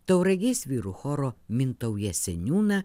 tauragės vyrų choro mintauja seniūną